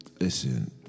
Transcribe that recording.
Listen